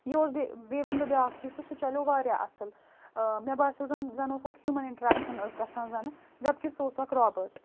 یہِ اوس بیٚیہِ بیٚیہِ وَنہٕ بہٕ بیٛاکھ چیٖز کہِ سُہ چَلیو واریاہ اَصٕل مےٚ باسیو زَن زَن اوس اَکھ ہیوٗمَن اِنٹرٛیکشَن ٲس گَژھان زَنہٕ جَبکہِ سُہ اوس اَکھ رابٲٹ